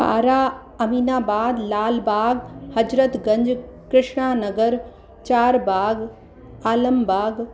Para Aminabad Lalbagh Hazratganj Krishna Nagar Charbagh Alambagh